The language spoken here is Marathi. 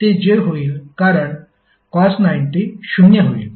ते j होईल कारण cos 90 शून्य होईल